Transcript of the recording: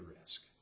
risk